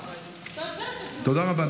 תודה רבה.